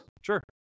Sure